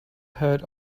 heard